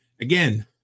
Again